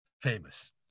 famous